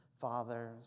Fathers